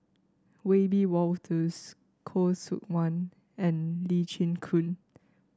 Wiebe Wolters Khoo Seok Wan and Lee Chin Koon